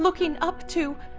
looking up to,